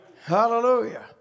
Hallelujah